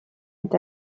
est